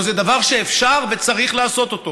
הלוא זה דבר שאפשר וצריך לעשות אותו.